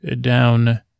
down